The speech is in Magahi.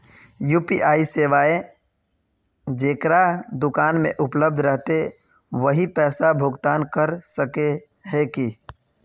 यु.पी.आई सेवाएं जेकरा दुकान में उपलब्ध रहते वही पैसा भुगतान कर सके है की?